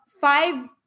five